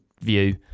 view